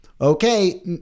Okay